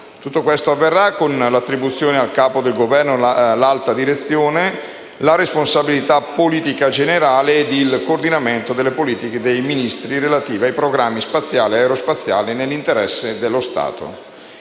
Tutto questo avverrà con l'attribuzione al Capo del Governo dell'alta direzione, della responsabilità politica generale e del coordinamento delle politiche dei Ministri relative ai programmi spaziali e aerospaziali nell'interesse dello Stato.